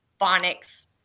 phonics